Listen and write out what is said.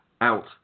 out